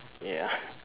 ya